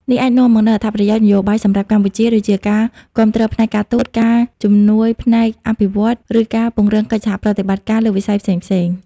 នេះអាចនាំមកនូវអត្ថប្រយោជន៍នយោបាយសម្រាប់កម្ពុជា ដូចជាការគាំទ្រផ្នែកការទូត ការជំនួយផ្នែកអភិវឌ្ឍន៍ ឬការពង្រឹងកិច្ចសហប្រតិបត្តិការលើវិស័យផ្សេងៗ។